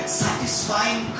satisfying